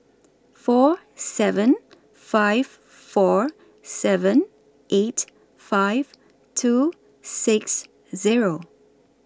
four seven five four seven eight five two six Zero